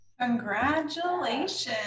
Congratulations